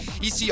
EC